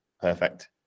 Perfect